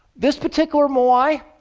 this particular moai,